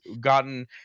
gotten